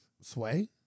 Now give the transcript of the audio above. Sway